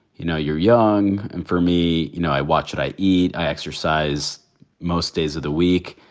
you know, you're young. and for me, you know, i watch what i eat. i exercise most days of the week.